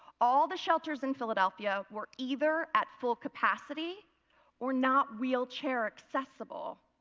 all the shelters in philadelphia were either at full capacity or not wheelchair accessible.